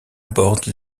borde